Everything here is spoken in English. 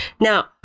Now